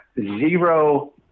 zero